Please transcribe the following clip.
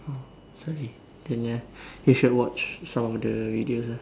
sorry didn't hear you should watch some of the videos ah